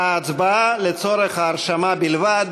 ההצבעה לצורך ההרשמה בלבד.